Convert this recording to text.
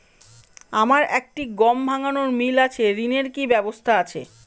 আমার একটি গম ভাঙানোর মিল আছে ঋণের কি ব্যবস্থা আছে?